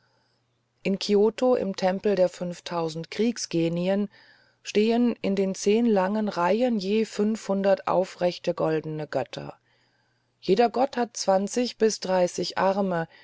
in kioto im tempel der fünftausend kriegsgenien stehen in den zehn langen reihen je fünfhundert aufrechte goldene götter jeder gott hat zwanzig bis dreißig arme